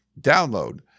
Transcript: download